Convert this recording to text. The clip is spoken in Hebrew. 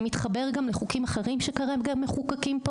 זה מתחבר גם לחוקים אחרים שכרגע מחוקקים פה